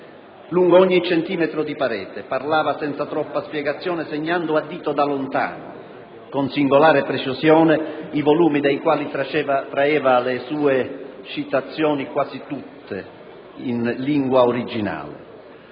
lungo ogni centimetro di parete, parlava senza troppe spiegazioni, segnando a dito da lontano, con singolare precisione, i volumi dai quali traeva le sue citazioni quasi tutte in lingua originale.